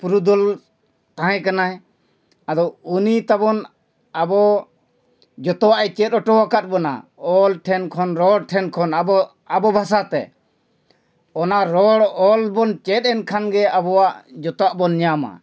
ᱯᱩᱨᱩᱫᱷᱩᱞ ᱛᱟᱦᱮᱸ ᱠᱟᱱᱟᱭ ᱟᱫᱚ ᱩᱱᱤ ᱛᱟᱵᱚᱱ ᱟᱵᱚ ᱡᱚᱛᱚᱣᱟᱜ ᱮ ᱪᱮᱫ ᱚᱴᱚ ᱟᱠᱟᱫ ᱵᱚᱱᱟ ᱚᱞ ᱴᱷᱮᱱ ᱠᱷᱚᱱ ᱨᱚᱲ ᱴᱷᱮᱱ ᱠᱷᱚᱱ ᱟᱵᱚ ᱟᱵᱚ ᱵᱷᱟᱥᱟ ᱛᱮ ᱚᱱᱟ ᱨᱚᱲ ᱚᱞ ᱵᱚᱱ ᱪᱮᱫ ᱮᱱ ᱠᱷᱟᱱ ᱜᱮ ᱟᱵᱚᱣᱟᱜ ᱡᱚᱛᱚᱣᱟᱜ ᱵᱚᱱ ᱧᱟᱢᱟ